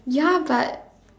ya but